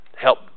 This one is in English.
help